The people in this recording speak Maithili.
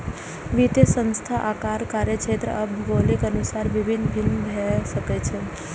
वित्तीय संस्थान आकार, कार्यक्षेत्र आ भूगोलक अनुसार भिन्न भिन्न भए सकै छै